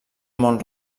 mont